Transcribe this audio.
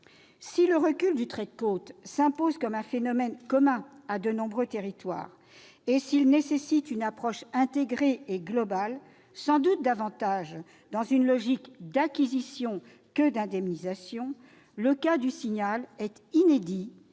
Si le recul du trait de côte s'impose comme un phénomène commun à de nombreux territoires et s'il nécessite une approche intégrée et globale, sans doute davantage dans une logique d'acquisition que d'indemnisation, le cas du Signal est inédit